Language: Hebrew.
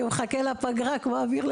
היא תצטרך לקבוע בין בכללים ובין בתקנון הכנסת,